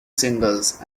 singles